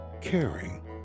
caring